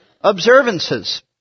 observances